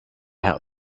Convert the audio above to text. out